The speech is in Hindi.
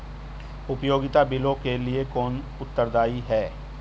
उपयोगिता बिलों के लिए कौन उत्तरदायी है?